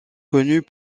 connue